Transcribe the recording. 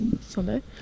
Sunday